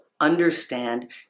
understand